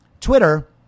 Twitter